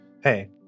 Hey